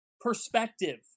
perspective